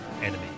enemy